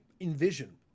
envision